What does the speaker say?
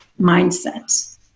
mindset